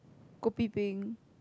kopi peng